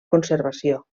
conservació